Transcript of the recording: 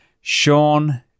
Sean